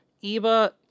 Eva